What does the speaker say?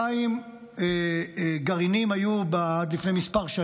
200 גרעינים היו עד לפני שנים מספר,